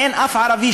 אין שם אף ערבי.